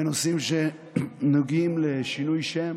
בנושאים שנוגעים לשינוי שם